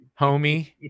homie